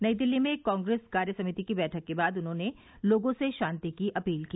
नई दिल्ली में कांग्रेस कार्य समिति की बैठक के बाद उन्होंने लोगों से शांति की अपील की